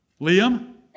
Liam